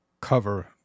cover